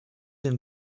den